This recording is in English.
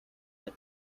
but